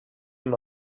him